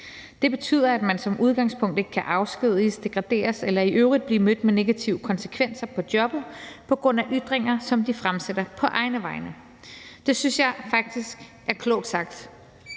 Det betyder, at man som udgangspunkt ikke kan afskediges, degraderes eller i øvrigt blive mødt med negative konsekvenser på jobbet på grund af ytringer, som de fremsætter på egne vegne. Det synes jeg faktisk er klogt sagt